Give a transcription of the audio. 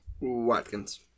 Watkins